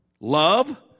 Love